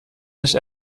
nicht